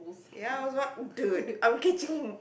ya I was one dude I'm catching